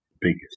biggest